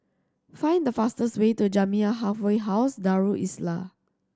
find the fastest way to Jamiyah Halfway House Darul Islah